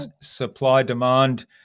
supply-demand